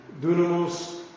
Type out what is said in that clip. dunamos